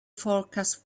forecast